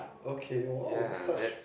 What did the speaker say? okay !wow! such